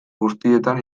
guztietan